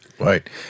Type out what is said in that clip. Right